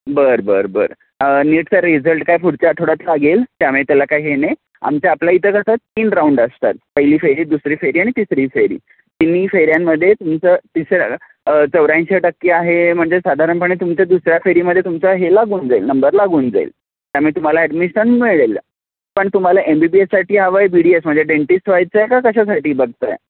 बर बर बर नीटचा रिझल्ट काय पुढच्या आठवड्यात लागेल त्यामुळे त्याला काय हे नाही आमच्या आपल्या इथं कसं तीन राऊंड असतात पहिली फेरी दुसरी फेरी आणि तिसरी फेरी तिन्ही फेऱ्यांमध्ये तुमचं तिसरं चौऱ्याऐंशी टक्के आहे म्हणजे साधारणपणे तुमच्या दुसऱ्या फेरीमध्ये तुमचं हे लागून जाईल नंबर लागून जाईल त्यामुळे तुम्हाला ॲडमिशन मिळेल पण तुम्हाला एम बी बी एससाठी हवं आहे बी डी एस म्हणजे डेंटिस्ट व्हायचं आहे का कशासाठी बघत आहे